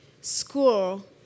school